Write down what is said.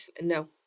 No